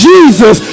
Jesus